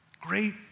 great